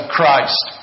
Christ